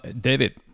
David